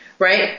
Right